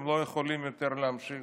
הם לא יכולים יותר להמשיך